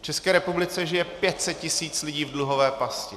V České republice žije pět set tisíc lidí v dluhové pasti.